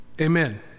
Amen